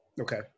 Okay